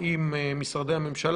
עם משרדי הממשלה,